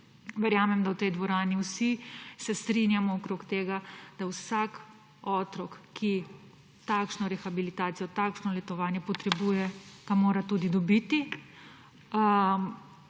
Verjamem, da se v tej dvorani vsi strinjamo okrog tega, da mora vsak otrok, ki takšno rehabilitacijo, takšno letovanje potrebuje, to tudi dobiti.